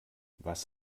was